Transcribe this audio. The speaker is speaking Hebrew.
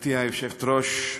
גברתי היושבת-ראש,